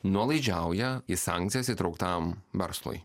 nuolaidžiauja į sankcijas įtrauktam verslui